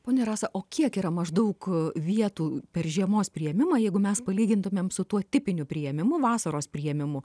ponia rasa o kiek yra maždaug vietų per žiemos priėmimą jeigu mes palygintumėm su tuo tipiniu priėmimu vasaros priėmimu